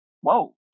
whoa